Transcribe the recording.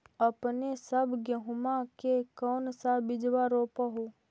अपने सब गेहुमा के कौन सा बिजबा रोप हू?